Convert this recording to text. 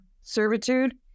servitude